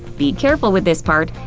be careful with this part,